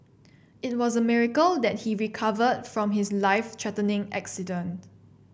it was a miracle that he recovered from his life threatening accident